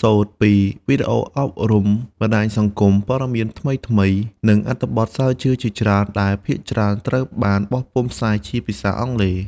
សូត្រពីវីដេអូអប់រំ បណ្តាញសង្គម ពត៌មានថ្មីៗ និងអត្ថបទស្រាវជ្រាវជាច្រើនដែលភាគច្រើនត្រូវបានបោះពុម្ពផ្សាយជាភាសាអង់គ្លេស។